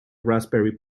raspberry